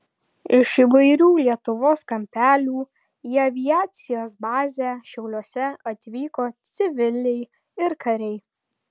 iš įvairių lietuvos kampelių į aviacijos bazę šiauliuose atvyko civiliai ir kariai